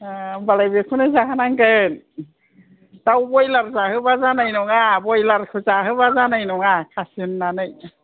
होनबालाय बेखौनो जाहो नांगोन दाउ बयलार जाहोबा जानाय नङा बयलारखौ जाहोबा जानाय नङा खासि होन्नानै